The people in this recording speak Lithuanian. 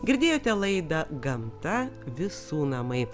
girdėjote laidą gamta visų namai